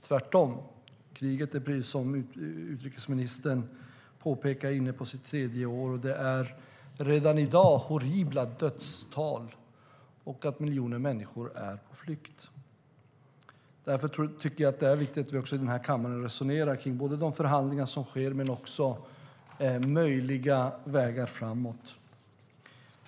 Tvärtom är kriget inne på sitt tredje år, som utrikesministern påpekar. Det är redan i dag horribla dödstal, och miljoner människor är på flykt. Därför tycker jag att det är viktigt att vi också i den här kammaren resonerar kring de förhandlingar som sker och möjliga vägar framåt.